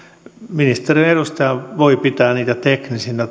ministeriön edustaja tai joku muu voi pitää niitä teknisinä